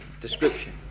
description